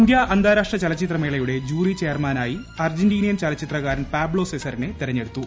Indian അന്താരാഷ്ട്ര ചലച്ചിത്ര മേളയുടെ ജൂറി ചെയർമാനായി അർജന്റീനിയൻ ചലച്ചിത്രകാരൻ പാബ്ലോ സെസറിനെ തെരഞ്ഞെടുത്തു